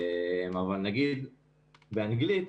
אבל באנגלית